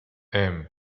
ähm